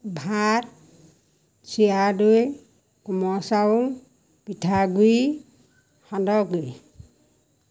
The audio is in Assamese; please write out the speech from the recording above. ভাত চিৰা দৈ কোমল চাউল পিঠাগুড়ি সান্দহগুড়ি